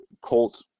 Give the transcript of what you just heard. Colt